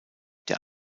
der